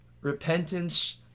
repentance